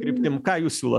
kryptim ką jūs siūlot